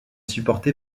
supporté